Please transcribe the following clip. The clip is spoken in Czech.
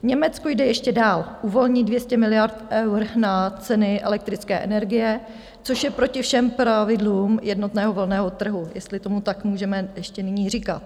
Německo jde ještě dál, uvolní 200 miliard eur na ceny elektrické energie, což je proti všem pravidlům jednotného volného trhu, jestli tomu tak můžeme ještě nyní říkat.